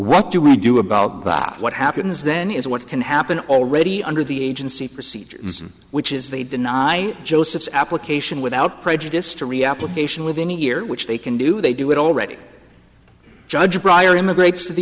what do we do about what happens then is what can happen already under the agency procedure which is they deny josephs application without prejudice to reactivation within a year which they can do they do it already judge bryer immigrates to the